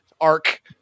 arc